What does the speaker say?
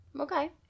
Okay